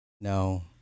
No